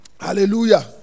Hallelujah